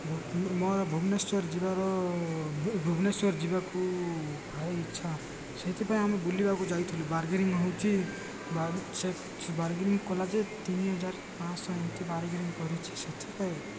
ମୋର ଭୁବନେଶ୍ୱର ଯିବାର ଭୁବନେଶ୍ୱର ଯିବାକୁ ଭାଇ ଇଚ୍ଛା ସେଥିପାଇଁ ଆମେ ବୁଲିବାକୁ ଯାଇଥିଲୁ ବାର୍ଗେନିଂ ହେଉଛି ସେ ବାର୍ଗେନିଂ କଲା ଯେ ତିନି ହଜାର ପାଞ୍ଚଶହ ଏମିତି ବାର୍ଗେନିଂ କରୁଛି ସେଥିପାଇଁ